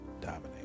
dominate